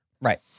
Right